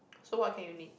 so what can you knit